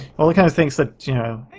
all the kind of things, like. you know.